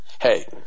Hey